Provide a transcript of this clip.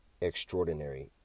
extraordinary